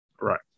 right